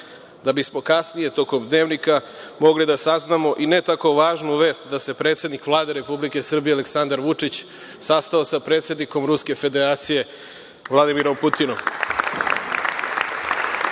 da bismo kasnije tokom dnevnika mogli da saznamo i ne tako važnu vest da se predsednik Vlade Republike Srbije Aleksandar Vučić sastao sa predsednikom Ruske Federacije Vladimirom Putinom. Ako